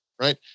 right